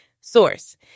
Source